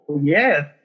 yes